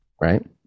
Right